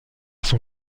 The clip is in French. son